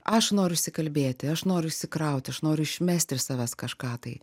aš noriu išsikalbėti aš noriu išsikrauti aš noriu išmesti iš savęs kažką tai